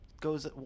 goes